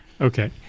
Okay